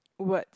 word